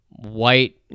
white